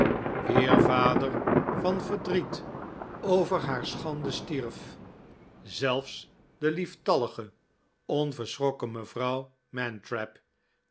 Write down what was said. wier vader van verdriet over haar schande stierf zelfs de lieftallige onverschrokken mevrouw mantrap